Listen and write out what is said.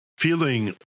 feeling